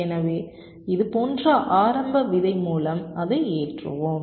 எனவே இது போன்ற ஆரம்ப விதை மூலம் அதை ஏற்றுவோம்